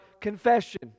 confession